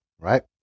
right